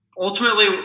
ultimately